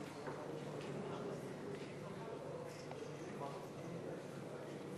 הצעת חוק התכנון והבנייה (תיקון,